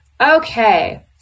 Okay